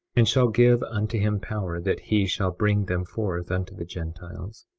and shall give unto him power that he shall bring them forth unto the gentiles,